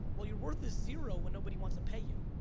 well, your worth is zero when nobody wants to pay you.